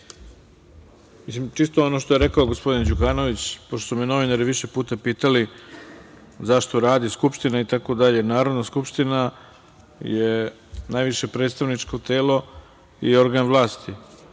Zahvaljujem. Čisto ono što je rekao gospodin Đukanović, pošto su me novinari više puta pitali zašto radi Skupština itd. Narodna skupština je najviše predstavničko telo i organ vlasti.